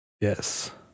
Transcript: Yes